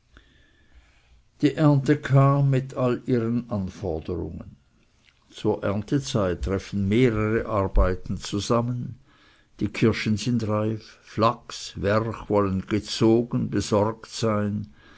die ernte kam mit all ihren anforderungen zur erntezeit treffen mehrere arbeiten zusammen die kirschen sind reif flachs werch wollen gezogen besorgt sein